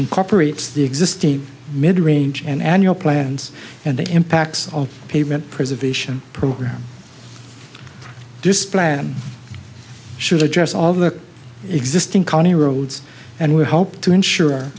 incorporates the existing mid range and annual plans and the impacts of pavement preservation program this plan should address all of the existing county roads and would help to ensure